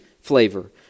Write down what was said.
flavor